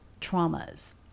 traumas